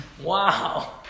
Wow